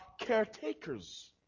caretakers